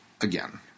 again